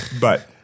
But-